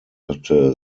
hatte